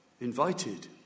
invited